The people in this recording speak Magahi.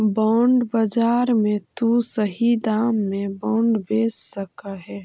बॉन्ड बाजार में तु सही दाम में बॉन्ड बेच सकऽ हे